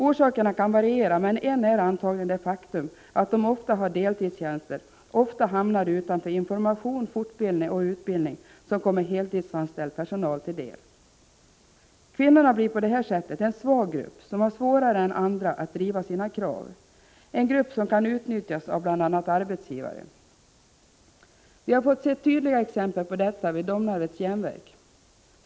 Orsakerna kan variera, men en är antagligen det faktum att de ofta har deltidstjänster och ofta hamnar utanför information, fortbildning och utbildning som kommer heltidsanställd personal till del. Kvinnorna blir på detta sätt en svag grupp som har svårare än andra att driva sina krav, en grupp som kan utnyttjas av bl.a. arbetsgivare. Vi har fått se tydliga exempel på detta vid Domnarvets Järnverk.